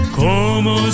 como